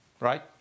Right